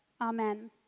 amen